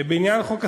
בעניין חוק השקיות,